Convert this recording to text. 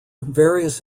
various